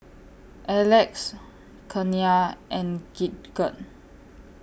Alex Kenia and Gidget